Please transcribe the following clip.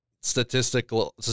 statistical